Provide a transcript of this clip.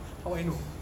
how I know